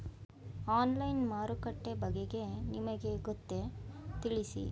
Online ಮಾರುಕಟ್ಟೆ ಬಗೆಗೆ ನಿಮಗೆ ಗೊತ್ತೇ? ತಿಳಿಸಿ?